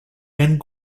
and